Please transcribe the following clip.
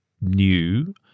new